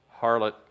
harlot